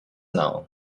now